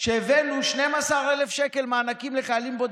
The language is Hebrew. שהבאנו 12,000 שקל מענקים לחיילים בודדים.